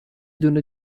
دونه